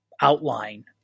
outline